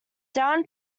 down